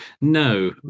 No